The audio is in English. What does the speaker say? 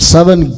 Seven